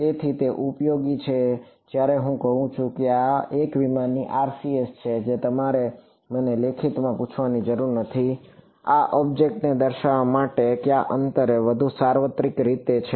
તેથી તે ઉપયોગી છે જ્યારે હું કહું કે આ એક વિમાનની RCS છે જે તમારે મને લેખિતમાં પૂછવાની જરૂર નથી આબ્જેક્ટને દર્શાવવા માટે કયા અંતરે તે વધુ સાર્વત્રિક રીત છે